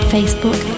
Facebook